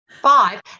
five